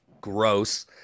gross